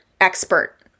expert